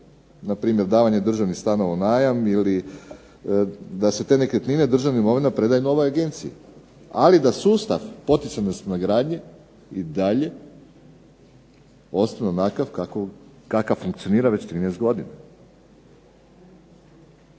Npr. davanje državnih stanova u najam ili da se te nekretnine državne imovine predaju novoj agenciji, ali da sustav poticajne stanogradnje i dalje ostane onakav kakav funkcionira već 13 godina.